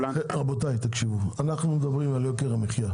רבותיי, תקשיבו, אנחנו מדברים על יוקר המחיה.